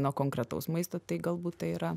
nuo konkretaus maisto tai galbūt tai yra